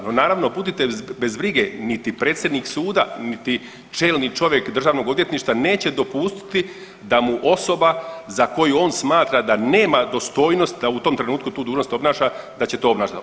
No, naravno budite bez brige niti predsjednik suda, niti čelni čovjek državnog odvjetništva neće dopustiti da mu osoba za koju od smatra da nema dostojnost da u tom trenutku tu dužnost obnaša da će to obnašati.